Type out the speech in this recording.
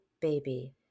baby